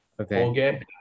Okay